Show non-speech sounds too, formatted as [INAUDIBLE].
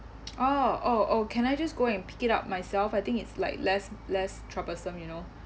[NOISE] oh oh oh can I just go and pick it up myself I think it's like less less troublesome you know